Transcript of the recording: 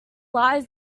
lies